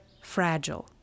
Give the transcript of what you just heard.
fragile